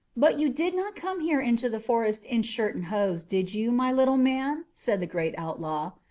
but you did not come here into the forest in shirt and hose, did you, my little man? said the great outlaw.